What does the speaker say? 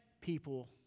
people